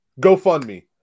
GoFundMe